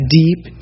deep